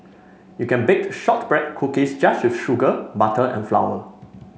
you can baked shortbread cookies just with sugar butter and flour